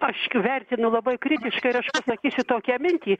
aš vertinu labai kritiškai aš pasakysiu tokią mintį